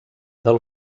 del